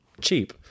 cheap